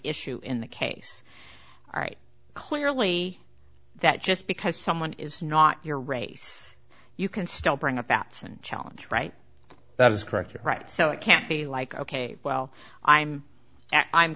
issue in the case right clearly that just because someone is not your race you can still bring about and challenge right that is correct right so it can't be like ok well i'm i'm